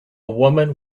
woman